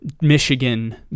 Michigan